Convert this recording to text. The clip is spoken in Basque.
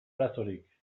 arazorik